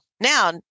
Now